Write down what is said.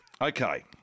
Okay